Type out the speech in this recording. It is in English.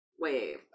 wave